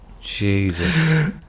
Jesus